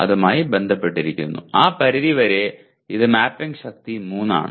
മായി ബന്ധപ്പെട്ടിരിക്കുന്നു ആ പരിധിവരെ ഇത് മാപ്പിംഗ് ശക്തി 3 ആണ്